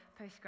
postgrad